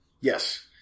Yes